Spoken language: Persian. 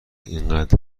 اینقد